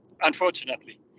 unfortunately